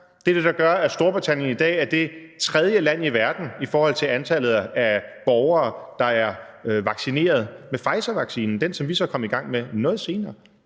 Det er det, der gør, at Storbritannien i dag er det tredje land i verden i forhold til antallet af borgere, der er vaccineret med Pfizervaccinen, den, som vi så er kommet i gang med noget senere.